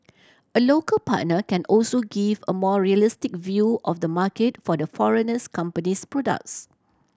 a local partner can also give a more realistic view of the market for the foreignness company's products